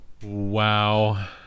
Wow